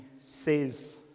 says